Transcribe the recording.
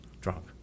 drunk